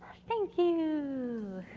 thank you.